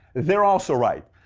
they're also right.